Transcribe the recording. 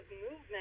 movement